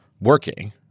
working